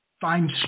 find